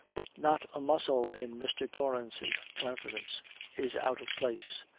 but not a muscle in mr. torrance's countenance is out of place.